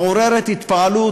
מעוררת התפעלות.